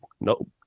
nope